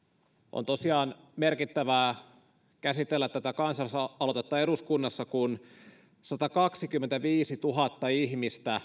on tosiaan merkittävää käsitellä tätä kansalaisaloitetta eduskunnassa kun satakaksikymmentäviisituhatta ihmistä